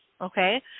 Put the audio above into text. Okay